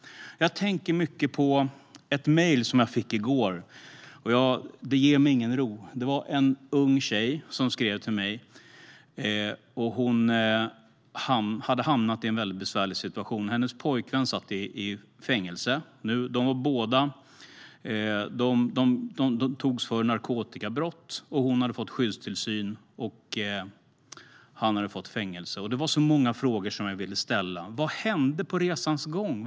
Jag tänker mycket på ett mejl som jag fick i går, och det ger mig ingen ro. Det var en ung tjej som skrev till mig. Hon hade hamnat i en mycket besvärlig situation. Hennes pojkvän satt i fängelse. De hade båda gripits för narkotikabrott. Hon hade dömts till skyddstillsyn och han till fängelse. Det var så många frågor som jag ville ställa. Vad hände på resans gång?